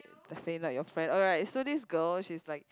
the like your friend alright so this girl she's like